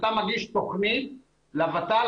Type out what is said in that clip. כשאתה מגיש תוכנית לות"ל,